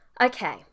Okay